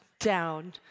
Down